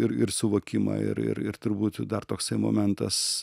ir ir suvokimą ir ir ir turbūt dar toksai momentas